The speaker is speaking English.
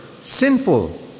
sinful